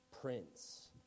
Prince